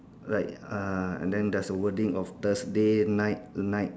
like uh and then there's a wording of Thursday night night